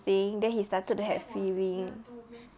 then he started to have feeling